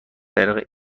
طریق